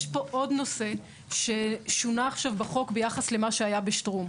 יש פה עוד נושא ששונה עכשיו בחוק ביחס למה שהיה בשטרום.